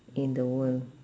in the world